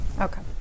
Okay